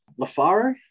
Lafaro